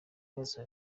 kubaza